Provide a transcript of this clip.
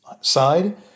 side